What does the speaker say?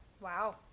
Wow